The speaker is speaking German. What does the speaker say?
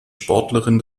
sportlerin